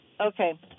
Okay